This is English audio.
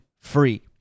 free